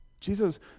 Jesus